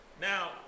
Now